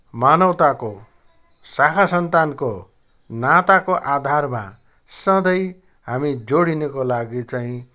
मानवताको साखा सन्तानको नाताको आधारमा सधैँ हामी जोडिनको लागि चाहिँ